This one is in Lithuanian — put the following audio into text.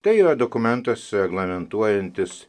tai jo dokumentuose reglamentuojantys